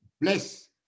Bless